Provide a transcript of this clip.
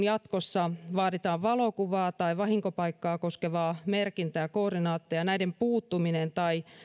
jatkossa vaaditaan valokuvaa tai vahinkopaikkaa koskevaa merkintää ja koordinaatteja näiden puuttuminen tai